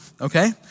okay